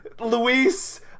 Luis